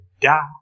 die